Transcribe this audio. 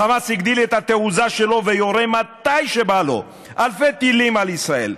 חמאס הגדיל את התעוזה שלו ויורה מתי שבא לו אלפי טילים על ישראל,